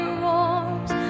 roars